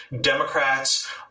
Democrats